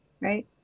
right